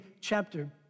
chapter